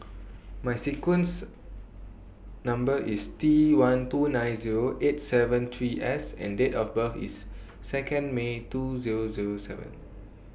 My sequence Number IS T one two nine Zero eight seven three S and Date of birth IS Second May two Zero Zero seven